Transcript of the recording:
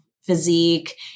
physique